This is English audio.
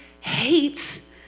hates